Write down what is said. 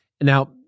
now